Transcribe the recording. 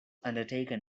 undertaken